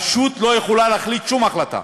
הרשות לא יכולה להחליט שום החלטה,